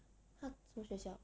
他什么学校